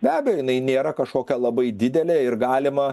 be abejo jinai nėra kažkokia labai didelė ir galima